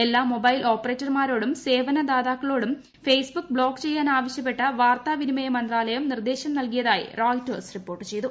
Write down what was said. എല്ലാ മൊബൈൽ ഓപ്പറേറ്റർമാരോടും സേവന ദാതാക്കളോടും ഫെയ്സ് ബുക്ക് ബ്ലോക്ക് ചെയ്യാൻ ആവശ്യപ്പെട്ട് പ്യൂർത്താവിനിമയ മന്ത്രാലയം നിർദ്ദേശം നൽകിയതായി റോയില്ലേഴ്സ് റിപ്പോർട്ട് ചെയ്തു